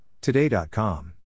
Today.com